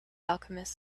alchemist